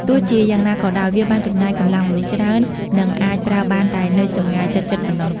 ទោះជាយ៉ាងណាក៏ដោយ វាបានចំណាយកម្លាំងមនុស្សច្រើន និងអាចប្រើបានតែនៅចម្ងាយជិតៗប៉ុណ្ណោះ។